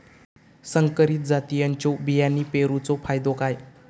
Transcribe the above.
संकरित जातींच्यो बियाणी पेरूचो फायदो काय?